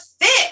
fit